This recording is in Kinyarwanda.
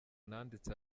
nanditse